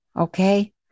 okay